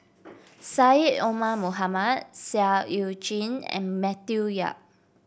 Syed Omar Mohamed Seah Eu Chin and Matthew Yap